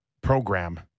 program